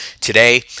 today